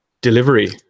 delivery